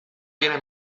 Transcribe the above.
viene